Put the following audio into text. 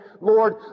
Lord